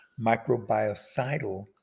microbiocidal